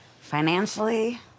financially